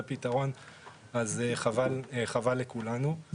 אם זה פתרון אז חבל לכולנו.